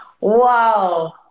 wow